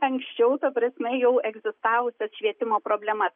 anksčiau ta prasme jau egzistavusias švietimo problemas